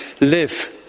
live